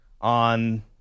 on